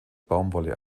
baumwolle